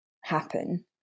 happen